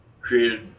created